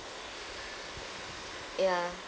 ya